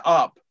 up